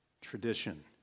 tradition